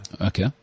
okay